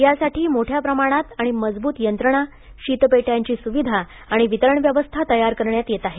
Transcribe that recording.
यासाठी मोठ्या प्रमाणात आणि मजबूत यंत्रणा शीतपेट्यांची सुविधा आणि वितरण व्यवस्था तयार करण्यात येत आहे